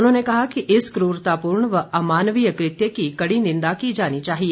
उन्होंने कहा कि इस क्रूरतापूर्ण व अमानवीय कृत्य की कड़ी निंदा की जानी चाहिए